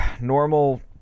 normal